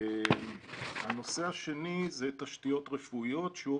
הנושא השני הוא תשתיות רפואיות: שיעור